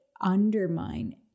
undermine